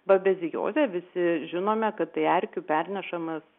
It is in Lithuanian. babeziozė visi žinome kad tai erkių pernešamas